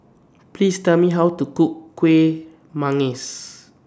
Please Tell Me How to Cook Kueh